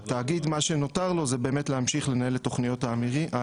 מה שנותר לתאגיד זה להמשיך לנהל את תכניות ההימורים.